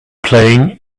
playing